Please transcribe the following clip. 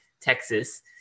Texas